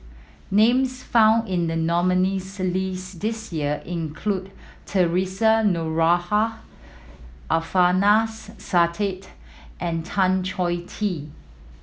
names found in the nominees' list this year include Theresa Noronha Alfian Sa'at and Tan Chong Tee